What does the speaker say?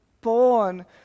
born